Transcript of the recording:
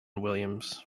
williams